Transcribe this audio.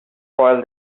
spoil